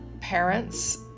parents